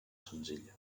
senzilla